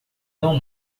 não